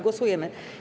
Głosujemy.